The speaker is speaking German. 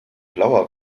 blauer